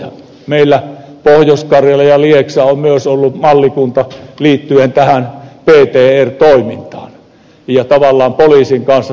meillä pohjois karjala ja lieksa ovat myös olleet mallikuntia liittyen ptr toimintaan ja tavallaan poliisin kanssa tätä yhteistyötä on ollut